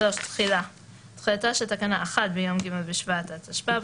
תחילה תחילתה של תקנה 1 ביום ג' בשבט התשפ"ב